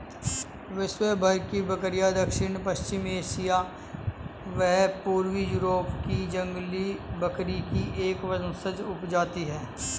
विश्वभर की बकरियाँ दक्षिण पश्चिमी एशिया व पूर्वी यूरोप की जंगली बकरी की एक वंशज उपजाति है